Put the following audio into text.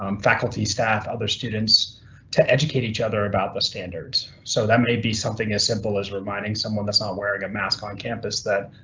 um faculty, staff, other students to educate each other about the standards. so that may be something as simple as reminding someone that's not um wearing a mask on campus that,